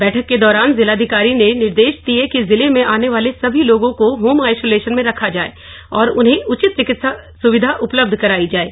बैठक के दौरान जिलाधिकारी ने निर्देश दिये कि जिले में आने वाले सभी लोगों को होम आइसोलेशन में रखा जाये और उन्हें उचित चिकित्सा सुविधा उपलब्ध करायी जाये